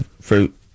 fruit